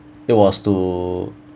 it was to